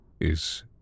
Is